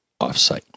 offsite